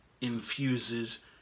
infuses